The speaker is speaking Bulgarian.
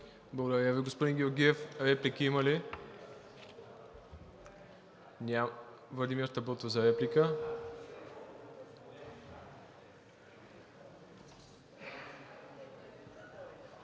Благодаря Ви, господин Георгиев. Реплики има ли? Владимир Табутов за реплика.